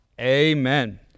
Amen